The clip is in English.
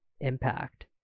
impact